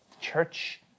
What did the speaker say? Church